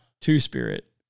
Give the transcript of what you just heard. Two-spirit